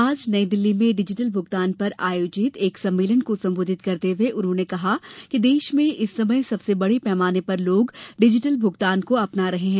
आज नई दिल्ली में डिजिटल भुगतान पर आयोजित एक सम्मेलन को संबोधित करते हुए उन्होंने कहा कि देश में इस समय बड़े पैमाने पर लोग डिजिटल भुगतान को अपना रहे हैं